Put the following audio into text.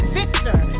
victor